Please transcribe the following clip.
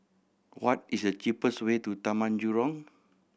what is the cheapest way to Taman Jurong